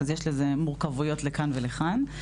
אז יש לזה מורכבויות לכאן ולכאן.